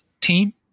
team